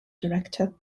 director